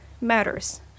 matters